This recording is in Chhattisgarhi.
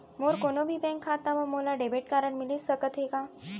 मोर कोनो भी बैंक खाता मा मोला डेबिट कारड मिलिस सकत हे का?